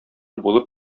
булып